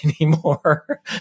anymore